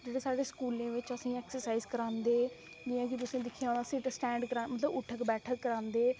जि'यां साढ़े स्कूल बिच असेंगी एक्सरसाइज करांदे जि'यां कि तुसें दिक्खेआ होना सिट स्टैंड मतलब उठक बैठक करांदे